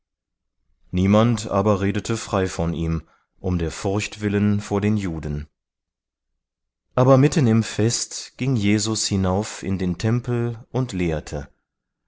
niemand aber redete frei von ihm um der furcht willen vor den juden aber mitten im fest ging jesus hinauf in den tempel und lehrte